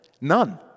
none